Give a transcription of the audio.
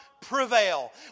prevail